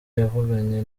yavuganye